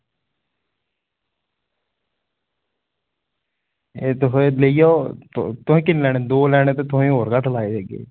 एह् तुस लेई जाओ तुसें किन्ने लैने दो लैने ते तुसें ई होर घट्ट करी देगे